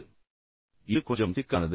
எனவே இது கொஞ்சம் சிக்கலானது